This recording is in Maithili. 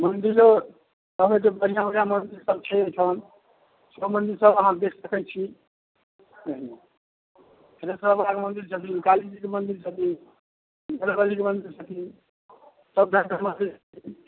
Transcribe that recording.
मन्दिरो कहबै तऽ बढ़िआँ बढ़िआँ मन्दिरसब छै एहिठाम सब मन्दिरसब अहाँ देखि सकै छी हुँ थनेसर बाबाके मन्दिर छथिन कालीजीके मन्दिर छथिन बजरङ्गबलीके मन्दिर छथिन सब भाइके मन्दिर